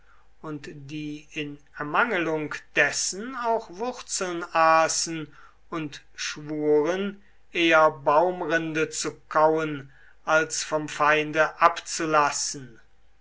und die in ermangelung dessen auch wurzeln aßen und schwuren eher baumrinde zu kauen als vom feinde abzulassen